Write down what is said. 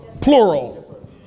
Plural